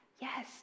Yes